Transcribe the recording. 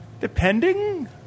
Depending